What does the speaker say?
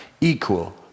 equal